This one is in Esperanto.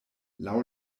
laŭ